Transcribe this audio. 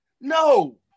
No